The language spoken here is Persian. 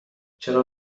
چرا